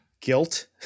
guilt